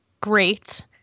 great